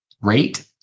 rate